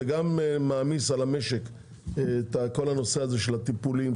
זה גם מעמיס על המשק את כל הנושא הזה של הטיפולים,